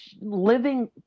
living